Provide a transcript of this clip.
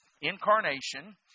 incarnation